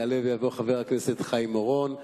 יעלה ויבוא חבר הכנסת חיים אורון,